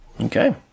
Okay